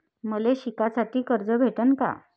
मले शिकासाठी कर्ज भेटन का?